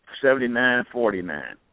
Seventy-nine-forty-nine